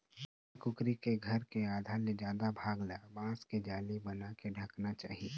कुकरा कुकरी के घर के आधा ले जादा भाग ल बांस के जाली बनाके ढंकना चाही